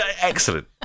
excellent